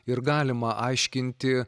ir galima aiškinti